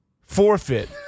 forfeit